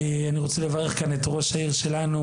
אני רוצה לברך כאן את ראש העיר שלנו,